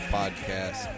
podcast